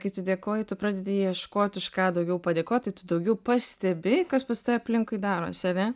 kai tu dėkoji tu pradedi ieškot už ką daugiau padėkot tai tu daugiau pastebi kas pas tave aplinkui darosi ane